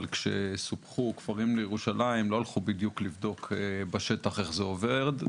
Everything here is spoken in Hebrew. אבל כשסופחו כפרים לירושלים לא הלכו בדיוק לבדוק בשטח איך זה עובד,